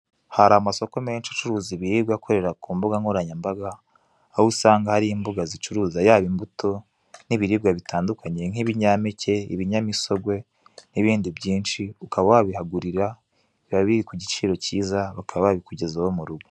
Hari amasoko menshi acuruza ibiribwa, akorera ku mbuga nkoranyambaga, aho usanga hari imbuga zicururiza, yaba imbuto, n'ibiribwa bitandukanye, nk'ibinyampeke, ibinyamisogwe, n'ibindi byinshi, ukaba wabihagurira, biba biri ku giciro cyiza, bakaba babikugezaho mu rugo.